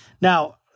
now